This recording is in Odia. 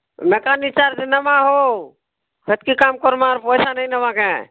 ମେକାନିକ ଚାର୍ଜ ନେମାଁ ହୋ ସେତକି କାମ କରମାଁ ଆରୁ ପଇସା ନେଇ ନେମା କେଏଁ